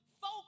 Folk